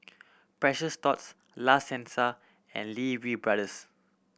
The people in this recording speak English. Precious Thots La Senza and Lee Wee Brothers